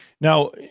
Now